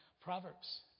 Proverbs